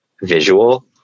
visual